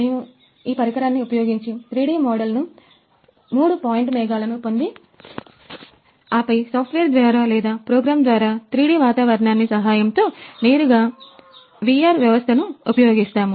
మేము ఈ పరికరాన్ని ఉపయోగించి 3D మోడల్ను మూడు పాయింట్ మేఘాలను పొంది ఆపై సాఫ్ట్వేర్ ద్వారా లేదా ప్రోగ్రామ్ ద్వారా 3D వాతావరణాన్ని సహాయముతో నేరుగా VR వ్యవస్థను ఉపయోగిస్తాము